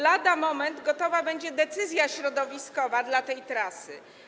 Lada moment gotowa będzie decyzja środowiskowa dla tej trasy.